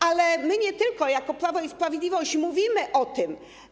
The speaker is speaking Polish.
Ale my nie tylko jako Prawo i Sprawiedliwość mówimy o tym.